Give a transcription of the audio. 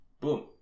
Boom